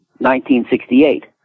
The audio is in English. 1968